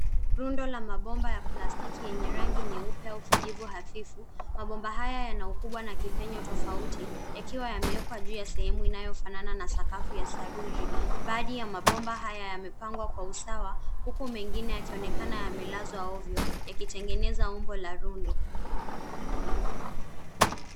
Rundo la mabomba ya plastiki yenye rangi nyeupe au kijivu hafifu. Mabomba haya yana ukubwa na kipenyo tofauti, yakiwa yamewekwa juu ya sehemu inayofanana na sakafu ya saruji. Baadhi ya mabomba haya, yamepangwa kwa usawa, huku mengine yakionekana yamelazwa ovyo yakitengeneza umbo la rundo.